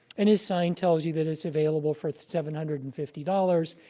and his sign tells you that it's available for seven hundred and fifty dollars.